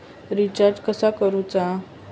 Recharge कसा करूचा?